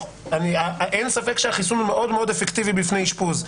אין ספק שהחיסון מאוד מאוד אפקטיבי בפני אשפוז,